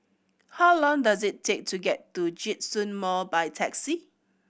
how long does it take to get to Djitsun Mall by taxi